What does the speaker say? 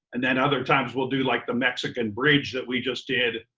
and then other times we'll do like the mexican bridge that we just did.